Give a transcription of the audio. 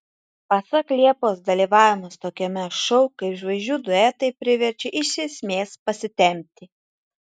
pasak liepos dalyvavimas tokiame šou kaip žvaigždžių duetai priverčia iš esmės pasitempti